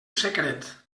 secret